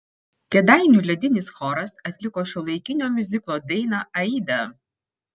kėdainių ledinis choras atliko šiuolaikinio miuziklo dainą aida